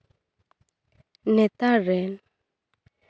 ᱱᱮᱛᱟᱨ ᱨᱮᱱ